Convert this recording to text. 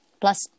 Plus